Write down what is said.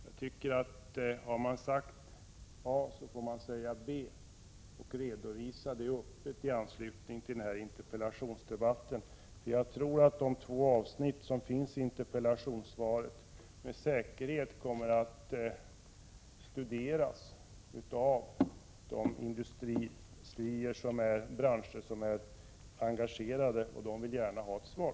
Har man sagt A får man säga B och redovisa det öppet i anslutning till denna interpellationsdebatt. De två avsnitten i interpellationssvaret kommer med säkerhet att studeras av de branscher som är engagerade, och de vill gärna ha ett svar.